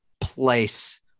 place